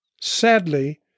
Sadly